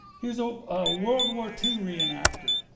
he's a world war two re-reactor.